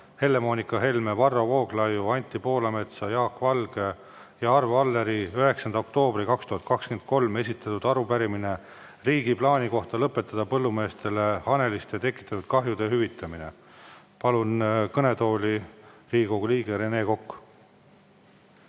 Helle-Moonika Helme, Varro Vooglaiu, Anti Poolametsa, Jaak Valge ja Arvo Alleri 9. oktoobril 2023 esitatud arupärimine riigi plaani kohta lõpetada põllumeestele haneliste tekitatud kahjude hüvitamine. Palun kõnetooli Riigikogu liikme Rene Koka.